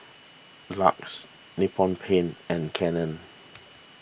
Lux Nippon Paint and Canon